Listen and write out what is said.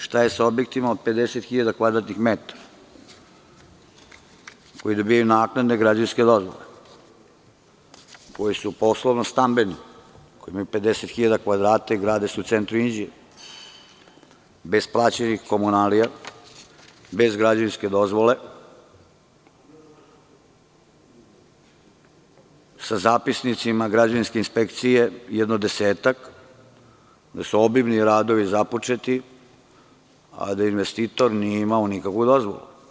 Šta je sa objektima od 50.000 kvadratnih metara koji dobijaju naknadne građevinske dozvole, koji su poslovno stambeni i grade se u centru Inđije, bez plaćenih komunalija, bez građevinske dozvole, sa zapisnicima građevinske inspekcije, jedno desetak, gde su obimni radovi započeti, a da investitor nije imao nikakvu dozvolu?